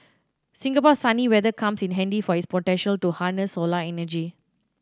Singapore's sunny weather comes in handy for its potential to harness solar energy